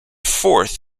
fourth